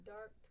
Dark